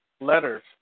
letters